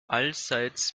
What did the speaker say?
allseits